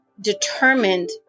determined